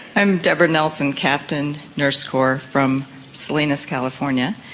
i'm deborah nelson, captain, nurse corps, from salinas, california,